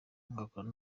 ngakora